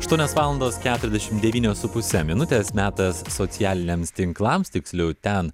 aštuonios valandos keturiasdešimt devynios su puse minutės metas socialiniams tinklams tiksliau ten